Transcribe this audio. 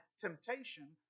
temptation